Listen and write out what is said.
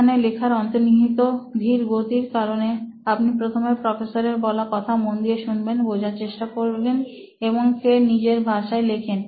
যেখানে লেখার অন্তর্নিহিত ধীর গতির কারণে আপনি প্রথমে প্রফেসরের বলা কথা মন দিয়ে শুনবেন বোঝার চেষ্টা করেন এবং ফের নিজের ভাষায় লেখেন